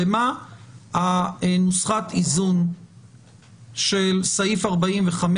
במה נוסחת האיזון של סעיף 45,